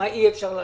מה אי אפשר לעשות,